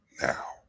now